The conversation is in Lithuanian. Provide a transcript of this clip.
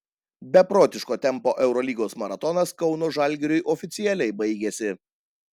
beprotiško tempo eurolygos maratonas kauno žalgiriui oficialiai baigėsi